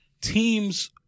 teams